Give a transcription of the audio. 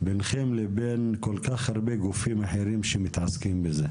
ביניכם לבין כל כך הרבה גופים אחרים שמתעסקים בזה,